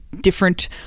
different